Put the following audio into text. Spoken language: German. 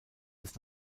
des